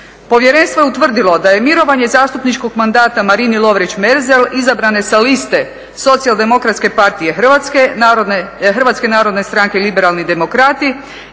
Povjerenstvo je utvrdilo da je mirovanje zastupničkog mandata Marini Lovrić-Merzel, izabrane sa liste SDP-a Hrvatske, HNS-Liberalni demokrati,